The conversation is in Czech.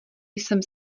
jsem